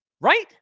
Right